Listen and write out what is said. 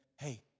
hey